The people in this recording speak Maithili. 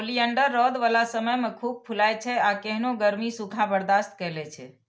ओलियंडर रौद बला समय मे खूब फुलाइ छै आ केहनो गर्मी, सूखा बर्दाश्त कए लै छै